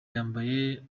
yambaye